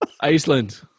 Iceland